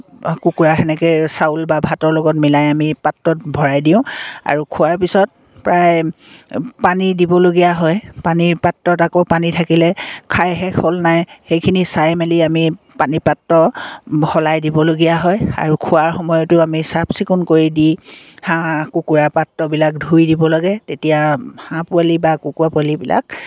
কুকুৰা সেনেকৈ চাউল বা ভাতৰ লগত মিলাই আমি পাত্ৰত ভৰাই দিওঁ আৰু খোৱাৰ পিছত প্ৰায় পানী দিবলগীয়া হয় পানীৰ পাত্ৰত আকৌ পানী থাকিলে খাই শেষ হ'ল নাই সেইখিনি আকৌ চাই মেলি আমি পানী পাত্ৰ সলাই দিবলগীয়া হয় আৰু খোৱাৰ সময়তো আমি চাফ চিকুণ কৰি দি হাঁহ কুকুৰাৰ পাত্ৰবিলাক ধুই দিব লাগে তেতিয়া হাঁহ পোৱালি বা কুকুৰা পোৱালিবিলাক